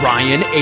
Ryan